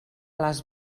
les